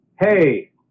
Hey